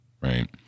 right